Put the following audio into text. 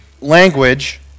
language